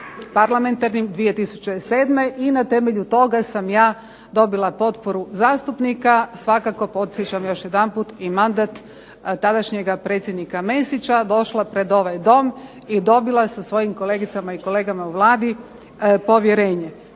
parlamentarnim 2007. i na temelju toga sam ja dobila potporu zastupnika. Svakako podsjećam još jedanput i mandata tadašnjega predsjednika Mesića došla pred ovaj Dom i dobila sa svojim kolegama i kolegicama u vladi povjerenje.